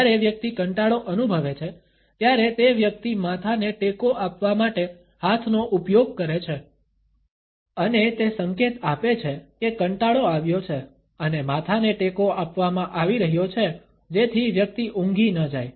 જ્યારે વ્યક્તિ કંટાળો અનુભવે છે ત્યારે તે વ્યક્તિ માથાને ટેકો આપવા માટે હાથનો ઉપયોગ કરે છે અને તે સંકેત આપે છે કે કંટાળો આવ્યો છે અને માથાને ટેકો આપવામાં આવી રહ્યો છે જેથી વ્યક્તિ ઊંઘી ન જાય